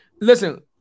Listen